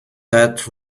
that